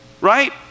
Right